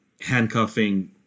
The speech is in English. handcuffing